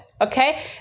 okay